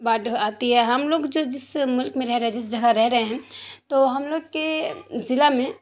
باڑھ آتی ہے ہم لوگ جو جس ملک میں رہ رہے جس جگہ رہ رہے ہیں تو ہم لوگ کے ضلع میں